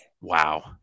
wow